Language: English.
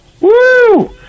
Woo